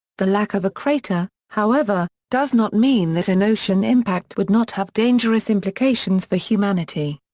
the lack of a crater, however, does not mean that an ocean impact would not have dangerous implications for humanity.